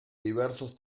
diversos